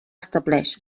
estableix